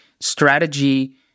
strategy